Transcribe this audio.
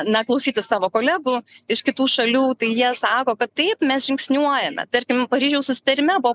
na klausyti savo kolegų iš kitų šalių tai jie sako kad taip mes žingsniuojame tarkim paryžiaus susitarime buvo